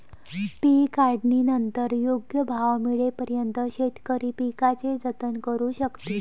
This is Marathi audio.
पीक काढणीनंतर योग्य भाव मिळेपर्यंत शेतकरी पिकाचे जतन करू शकतील